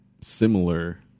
similar